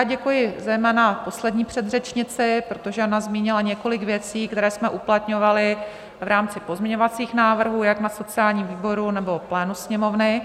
Děkuji zejména poslední předřečnici, protože ona zmínila několik věcí, které jsme uplatňovali v rámci pozměňovacích návrhů jak na sociálním výboru, nebo plénu Sněmovny.